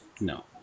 No